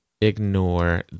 ignore